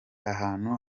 ahantu